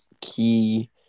key